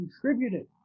contributed